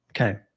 Okay